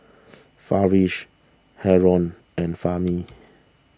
Farish Haron and Fahmi